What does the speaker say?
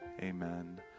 Amen